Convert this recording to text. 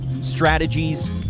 strategies